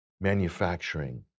manufacturing